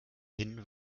hin